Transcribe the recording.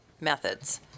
methods